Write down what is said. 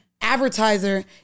advertiser